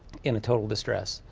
in a total distress.